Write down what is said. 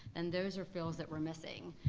then those are fills that we're missing.